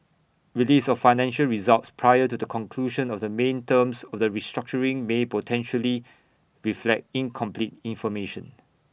release of financial results prior to the conclusion of the main terms of the restructuring may potentially reflect incomplete information